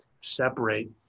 separate